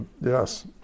yes